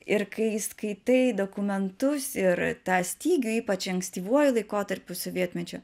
ir kai skaitai dokumentus ir tą stygių ypač ankstyvuoju laikotarpiu sovietmečio